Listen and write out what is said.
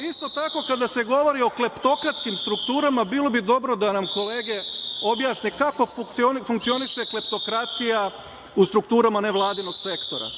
tako, kada se govori o kleptokratskim strukturama, bilo bi dobro da nam kolege objasne kako funkcioniše kleptokratija u strukturama nevladinog sektora,